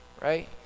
right